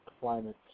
climate